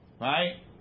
right